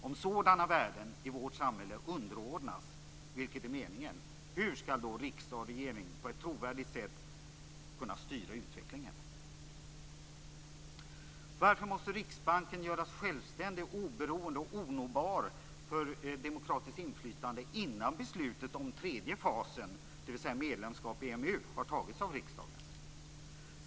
Om sådana värden i vårt samhälle underordnas - vilket är meningen - hur skall då riksdag och regering på ett trovärdigt sätt kunna styra utvecklingen? Varför måste Riksbanken göras självständig, oberoende och onåbar för demokratiskt inflytande innan beslutet om tredje fasen, dvs. medlemskap i EMU, har fattats av riksdagen?